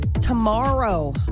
tomorrow